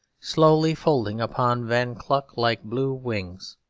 slowly folding upon von kluck like blue wings.